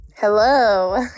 Hello